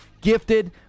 gifted